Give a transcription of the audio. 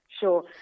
Sure